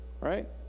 Right